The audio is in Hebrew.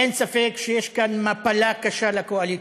אין ספק שיש כאן מפלה קשה לקואליציה.